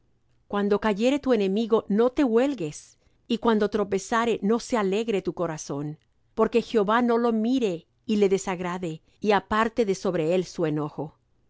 cuando cayere tu enemigo no te huelgues y cuando tropezare no se alegre tu corazón porque jehová no lo mire y le desagrade y aparte de sobre él su enojo